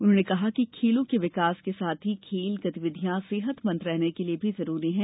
उन्होंने कहा कि खेलों के विकास के साथ ही खेल गतिविधियां सेहतमंद रहने के लिए भी जरूरी है